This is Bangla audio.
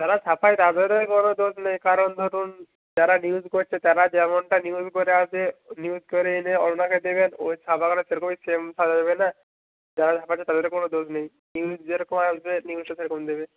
যারা ছাপায় তাদেরও কোনো দোষ নেই কারণ ধরুন যারা নিউজ করছে তারা যেমনটা নিউজ করে আসে নিউজ করে এনে ওনাকে দেবেন ও ছাপাখানা সেরকমই সেম ছাপাবে না যারা ছাপাচ্ছে তাদেরও কোনো দোষ নেই নিউজ যেরকম আসবে নিউজ তো সেরকম দেবে